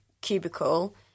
cubicle